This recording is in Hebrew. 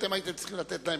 אתם הייתם צריכים לתת להם,